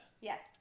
Yes